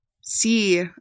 see